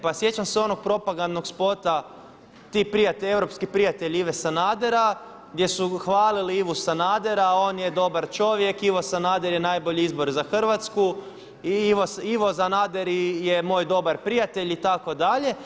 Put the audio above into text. Pa sjećam se onog propagandnog spota ti prijatelj, europski prijatelj Ive Sanadera gdje su hvalili Ivu Sanadera, on je dobar čovjek, Ivo Sanader je najbolji izbor za Hrvatsku, Ivo Sanader je moj dobar prijatelj itd.